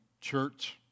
church